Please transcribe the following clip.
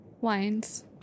Wines